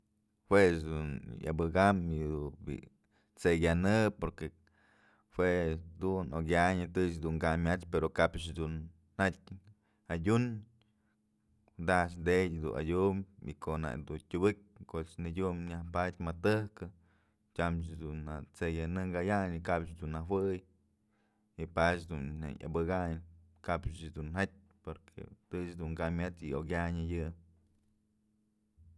Jue ëch dun wë abëkam yëdun bi'i t'sey kanë porque jue dun okyanyë tëch dun kamyach pero kap ëch dun jatyë adyun taj tedyë dun adyum y ko'o nak dun tyubëk koch nëdyum nyajpadyë më tëjkën tyam tyamch jadun t'sey kyanë kayanyë y kapch jedun najuey y padyëch dun jawë abëkayn kapch dun jatyë porque tëch dun kamyach y okyanyë yë.